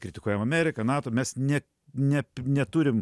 kritikuojam ameriką nato mes ne ne neturim